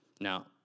Now